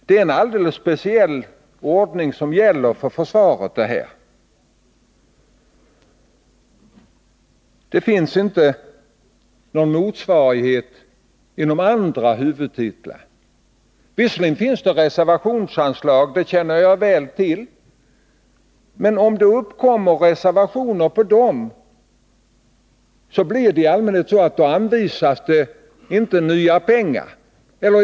Det är en alldeles speciell ordning som gäller för försvaret. Det finns inte någon motsvarighet inom andra huvudtitlar. Visserligen finns det reservationsanslag — det känner jag väl till -— men om det uppkommer reservationer på dem, anvisas det i allmänhet inte nya pengar.